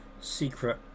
secret